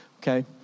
okay